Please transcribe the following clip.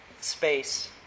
space